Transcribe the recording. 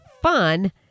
fun